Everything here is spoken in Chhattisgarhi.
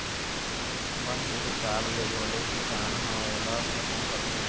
बन के हिसाब ले घलोक किसान ह ओला खतम करथे